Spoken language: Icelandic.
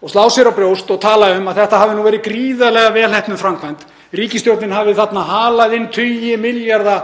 og slá sér á brjóst og tala um að þetta hafi verið gríðarlega vel heppnuð framkvæmd, ríkisstjórnin hafi halað inn tugi milljarða